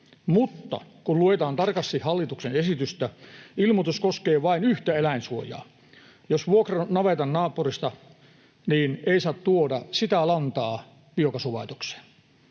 mutta kun luetaan tarkasti hallituksen esitystä, ilmoitus koskee vain yhtä eläinsuojaa. Jos vuokraa navetan naapurista, niin ei saa tuoda sitä lantaa biokaasulaitokseen